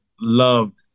Loved